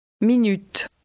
Minute